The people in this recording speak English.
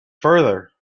further